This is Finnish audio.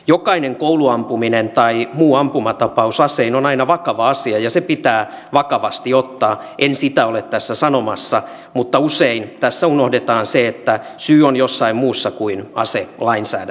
jokainen kouluampuminen tai muu ampumatapaus on aina vakava asia ja se pitää vakavasti ottaa en sitä ole tässä sanomassa etteikö näin olisi mutta usein tässä unohdetaan se että syy on jossain muussa kuin aselainsäädännössämme